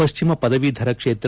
ಪಶ್ಚಿಮ ಪದವೀಧರ ಕ್ಷೇತ್ರ